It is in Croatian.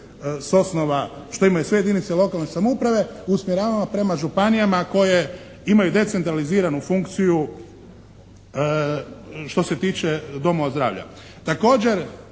s osnova što imaju sve jedinice lokalne samouprave usmjeravamo prema županijama koje imaju decentraliziranu funkciju što se tiče domova zdravlja.